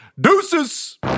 deuces